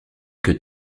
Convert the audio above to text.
que